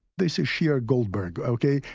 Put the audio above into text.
this is sheer goldberg, okay,